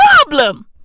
problem